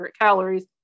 calories